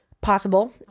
possible